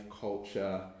culture